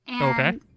Okay